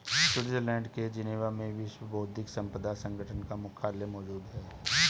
Switzerland के Geneva में विश्व बौद्धिक संपदा संगठन का मुख्यालय मौजूद है